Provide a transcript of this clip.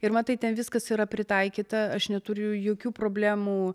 ir matai ten viskas yra pritaikyta aš neturiu jokių problemų